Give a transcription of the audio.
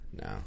No